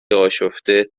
آشفته